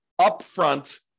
upfront